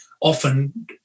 often